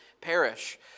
perish